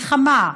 מלחמה,